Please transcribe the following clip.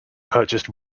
purchased